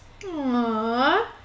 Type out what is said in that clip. Aww